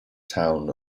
town